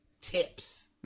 tips